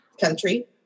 country